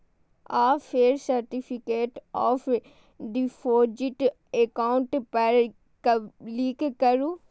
आ फेर certificate of deposit account पर क्लिक करू